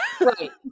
right